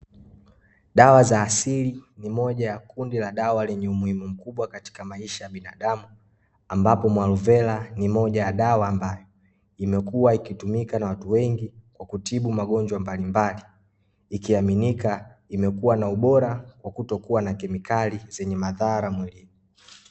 Dawa za asili ni moja ya kundi la dawa lenye umuhimu mkubwa, katika maisha ya binadamu, ambapo mualovela ni moja ya dawa ambayo, imekuwa ikitumika na watu wengi, kwa kutibu magonjwa mbalimbali, ikiaminika imekuwa na ubora kwa kutokua na kemikali zenye madhara mwilini.